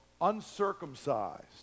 uncircumcised